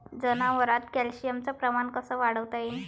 जनावरात कॅल्शियमचं प्रमान कस वाढवता येईन?